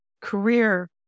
career